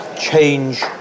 change